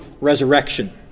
resurrection